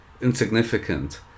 insignificant